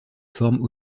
forme